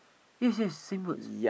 yes yes same words